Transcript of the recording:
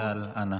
חבר הכנסת טל, אנא.